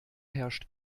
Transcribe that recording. herrscht